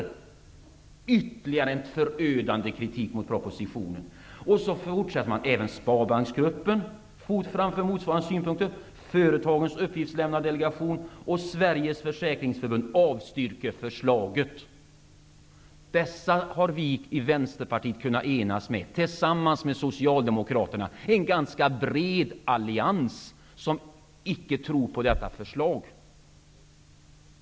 Detta är ytterligare förödande kritik mot propositionen. Sedan fortsätter man: ''Även Sparbanksgruppen AB framför motsvarande synpunkter. Företagens Dessa remissinstanser har vi i Vänsterpartiet kunnat enas med tillsammans med Socialdemokraterna. Det är en ganska bred allians som icke tror på detta förslag.